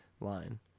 line